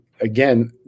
again